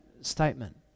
statement